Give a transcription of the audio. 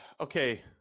Okay